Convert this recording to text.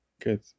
Good